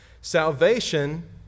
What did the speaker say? salvation